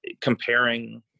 comparing